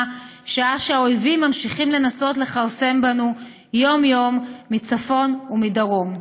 שעה שהאויבים ממשיכים לנסות לכרסם בנו יום-יום מצפון ומדרום.